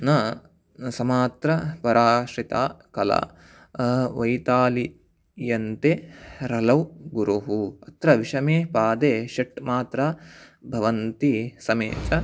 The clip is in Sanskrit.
न समात्रपराश्रिता कला वैतालियन्ते रलौ गुरुः अत्र विषमे पादे षट् मात्रा भवन्ति समेच